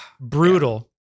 Brutal